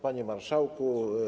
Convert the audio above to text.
Panie Marszałku!